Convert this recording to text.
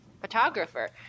photographer